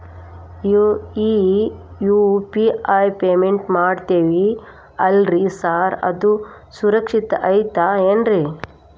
ಈ UPI payment ಮಾಡ್ತೇವಿ ಅಲ್ರಿ ಸಾರ್ ಅದು ಸುರಕ್ಷಿತ್ ಐತ್ ಏನ್ರಿ?